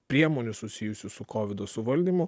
priemonių susijusių su kovido suvaldymu